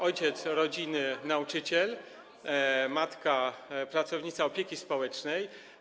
ojciec rodziny - nauczyciel, matka - pracownica opieki społecznej.